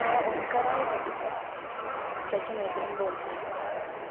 हा ओंकार आहे का तिथे त्याची मैत्रीण बोलते आहे मी